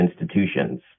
institutions